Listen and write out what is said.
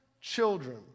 children